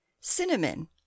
cinnamon